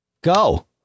Go